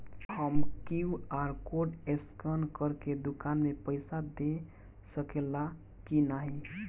हम QR code scan करके दुकान में पईसा दे सकेला की नाहीं?